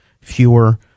fewer